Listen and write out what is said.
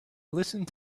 listened